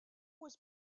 was